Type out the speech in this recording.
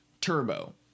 Turbo